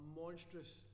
monstrous